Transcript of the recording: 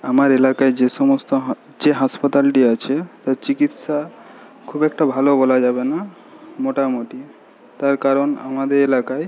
আমার এলাকায় যে সমস্ত যে হাসপাতালটি আছে তার চিকিৎসা খুব একটা ভালো বলা যাবে না মোটামোটি তার কারণ আমাদের এলাকায়